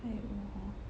拜五 hor